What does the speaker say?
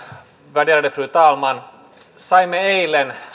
värderade fru talman saimme eilen